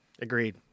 Agreed